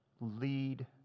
lead